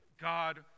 God